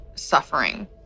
Suffering